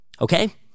Okay